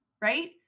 right